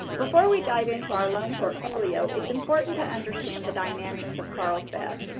before we dive into our loan portfolio, it's important to understand the dynamics of carlsbad.